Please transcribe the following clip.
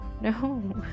no